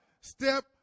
step